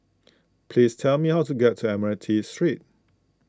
please tell me how to get to Admiralty Street